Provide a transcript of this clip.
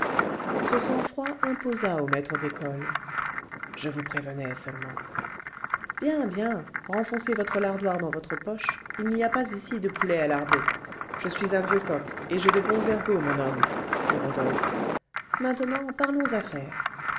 ce sang-froid imposa au maître d'école je vous prévenais seulement bien bien renfoncez votre lardoire dans votre poche il n'y a pas ici de poulet à larder je suis un vieux coq et j'ai de bons ergots mon homme dit rodolphe maintenant parlons affaires